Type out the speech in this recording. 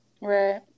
Right